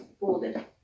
folded